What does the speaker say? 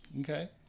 Okay